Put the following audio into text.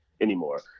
anymore